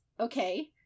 okay